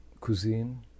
cuisine